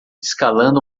escalando